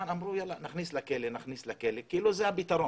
אמרו, נכניס לכלא, נכניס לכלא, כאילו זה הפתרון.